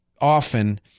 often